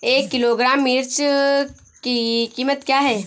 एक किलोग्राम मिर्च की कीमत क्या है?